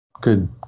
Good